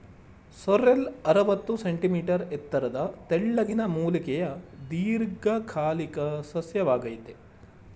sorrel ಅರವತ್ತು centimetre ಎತ್ತರದ ತೆಳ್ಳಗಿನ ಮೂಲಿಕೆಯ ದೀರ್ಘಕಾಲಿಕ ಸಸ್ಯವಾಗಯ್ತೆ